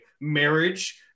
marriage